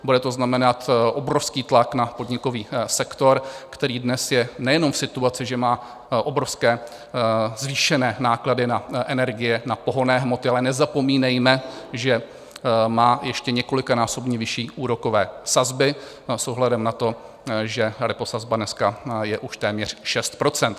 Bude to znamenat obrovský tlak na podnikový sektor, který dnes je nejenom v situaci, že má obrovské zvýšené náklady na energie, na pohonné hmoty, ale nezapomínejme, že má ještě několikanásobně vyšší úrokové sazby s ohledem na to, že reposazba dneska je už téměř 6 %.